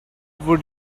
would